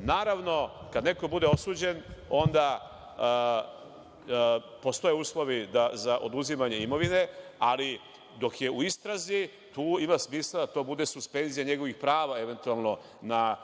Naravno, kada neko bude osuđen, onda postoje uslovi za oduzimanje imovine, ali dok je u istrazi tu ima smisla da to bude suspenzija njegovih prava eventualno, na